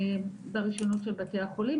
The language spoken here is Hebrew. ברשיונות של בתי החולים,